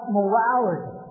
morality